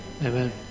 Amen